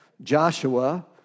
Joshua